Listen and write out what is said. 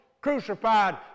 crucified